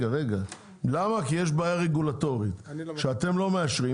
למה כי יש בעיה רגולטורית שאתם לא מאשרים,